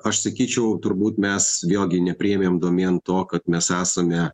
aš sakyčiau turbūt mes jo gi nepriėmėm domėn to kad mes esame